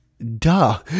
duh